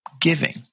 giving